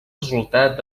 resultat